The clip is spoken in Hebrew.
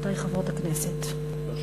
חברותי חברות הכנסת לא שומעים.